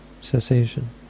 cessation